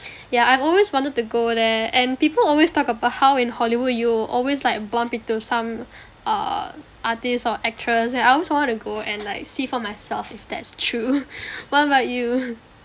yeah I've always wanted to go there and people always talk about how in hollywood you always like bump into some err artist or actress and I always want to go and like see for myself if that's true what about you